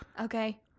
Okay